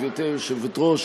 גברתי היושבת-ראש,